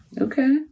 Okay